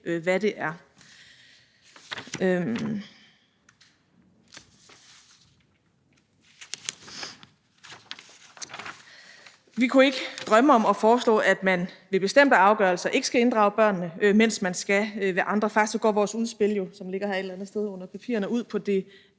sig om. Vi kunne ikke drømme om at foreslå, at man ved bestemte afgørelser ikke skal inddrage børnene, mens man skal ved andre. Faktisk går vores udspil – som ligger et eller andet sted her under papirerne – jo ud